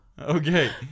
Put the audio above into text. Okay